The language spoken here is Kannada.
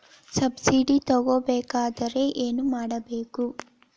ಸಬ್ಸಿಡಿ ತಗೊಬೇಕಾದರೆ ಏನು ಮಾಡಬೇಕು?